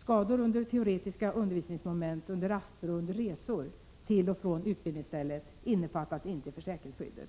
Skador under teoretiska undervisningsmoment, under raster och under resor till och från utbildningsstället innefattas inte i försäkringsskyddet.